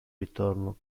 ritorno